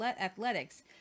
athletics